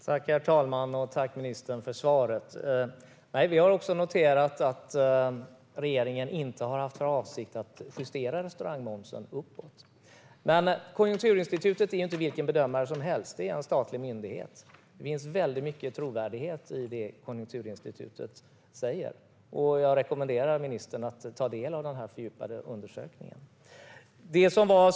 Herr talman! Tack, ministern, för svaret. Vi har också noterat att regeringen inte haft för avsikt att justera restaurangmomsen uppåt. Konjunkturinstitutet är inte vilken bedömare som helst. Det är en statlig myndighet, och det finns väldigt mycket trovärdighet i det Konjunkturinstitutet säger. Jag rekommenderar ministern att ta del av den fördjupade undersökningen.